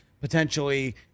potentially